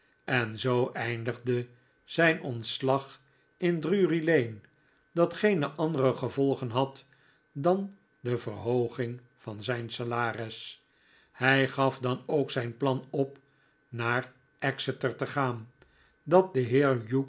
en zoo eindigde zijn ontslag in drury-lane dat geene andere gevolgen had dan de verhooging van zijn salaris hij gaf dan ook zijn plan op naar e x e t e r te gaan dat de